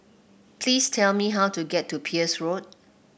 please tell me how to get to Peirce Road